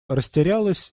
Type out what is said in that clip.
растерялась